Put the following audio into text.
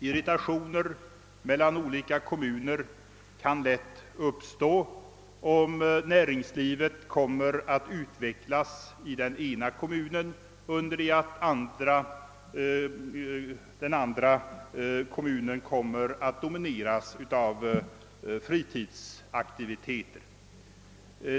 Irritationer mellan olika kommuner kan lätt uppstå om näringslivet utvecklas i den ena kommunen under det att den andra kommer att domineras av fritidsaktiviteter.